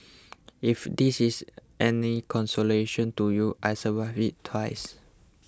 if this is any consolation to you I survived it twice